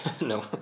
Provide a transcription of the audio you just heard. No